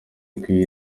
kuri